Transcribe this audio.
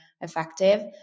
effective